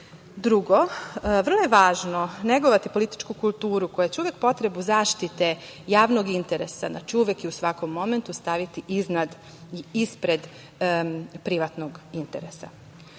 godini. Drugo, vrlo je važno negovati političku kulturu koja će uvek potrebu zaštite javnog interesa, znači uvek i u svakom momentu staviti iznad i ispred privatnog interesa. Praksa,